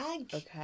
Okay